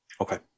Okay